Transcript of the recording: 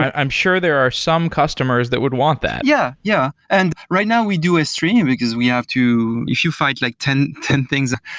i'm sure there are some customers that would want that. yeah, yeah, and right now we do a stream, because we have to if you fight like ten ten things,